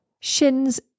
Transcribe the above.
shins